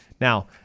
now